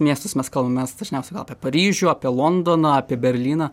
miestus mes kalbam mes dažniausiai gal apie paryžių apie londoną apie berlyną